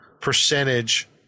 percentage